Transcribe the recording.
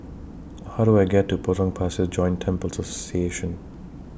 How Do I get to Potong Pasir Joint Temples Association